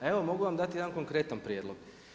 Evo mogu vam dati jedan konkretan prijedlog.